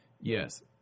Yes